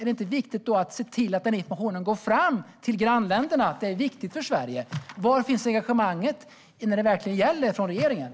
Är det inte viktigt att se till att den informationen går fram till grannländerna att det är viktigt för Sverige? Var finns engagemanget från regeringen när det verkligen gäller?